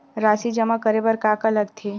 राशि जमा करे बर का का लगथे?